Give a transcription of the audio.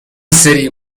سریع